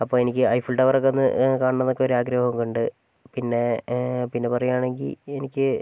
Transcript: അപ്പോൾ എനിക്ക് Eiffel tower ഒക്കെ ഒന്ന് കാണണം എന്നൊക്കെ ഒരു ആഗ്രഹമൊക്കെ ഉണ്ട് പിന്നെ പിന്നെ പറയുവാണെങ്കിൽ എനിക്ക്